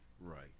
Right